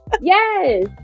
Yes